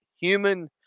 human